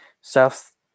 South